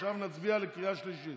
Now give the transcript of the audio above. עכשיו נצביע בקריאה שלישית.